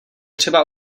třeba